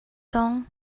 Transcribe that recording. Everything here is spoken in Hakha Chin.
tong